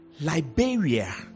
Liberia